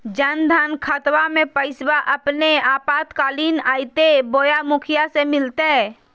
जन धन खाताबा में पैसबा अपने आपातकालीन आयते बोया मुखिया से मिलते?